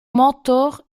mentor